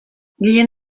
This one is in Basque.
gehien